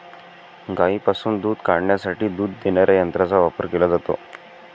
गायींपासून दूध काढण्यासाठी दूध देणाऱ्या यंत्रांचा वापर केला जातो